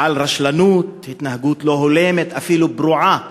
על רשלנות והתנהגות לא הולמת, אפילו פרועה,